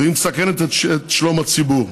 והיא מסכנת את שלום הציבור.